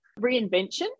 Reinvention